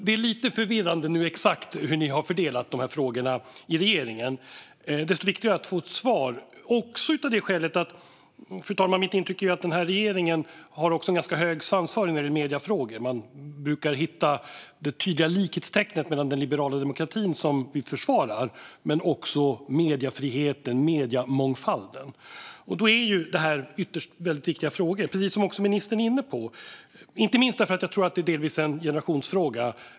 Det är lite förvirrande när det gäller exakt hur dessa frågor har fördelats inom regeringen. Desto viktigare är det att få ett svar, också av det skälet, fru talman, att regeringen har en ganska hög svansföring i mediefrågor. Det är mitt intryck. Man brukar hitta ett tydligt likhetstecken mellan den liberala demokrati som vi försvarar och mediefriheten och mediemångfalden. Ytterst är detta väldigt viktiga frågor, precis som ministern var inne på, inte minst därför att det, tror jag, delvis är en generationsfråga.